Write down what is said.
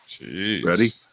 ready